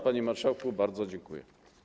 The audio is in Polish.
Panie marszałku, bardzo dziękuję.